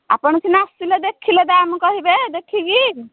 ଆପଣ ସିନା ଆସିଲେ ଦେଖିଲେ ଦାମ୍ କହିବେ ଦେଖିକି